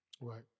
Right